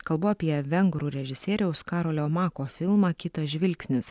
kalbu apie vengrų režisieriaus karolio mako filmą kitas žvilgsnis